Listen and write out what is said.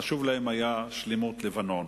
חשובה להם שלמות לבנון